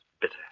bitter